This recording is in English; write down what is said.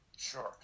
Sure